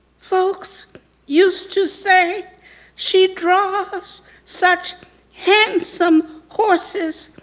folks used to say she draws such handsome horses,